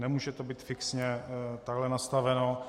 Nemůže to být fixně nastaveno.